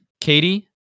Katie